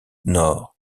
nord